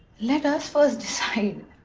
let us first decide.